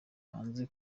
hanze